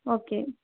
okay